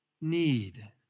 need